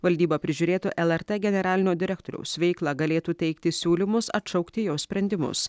valdyba prižiūrėtų lrt generalinio direktoriaus veiklą galėtų teikti siūlymus atšaukti jo sprendimus